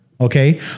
Okay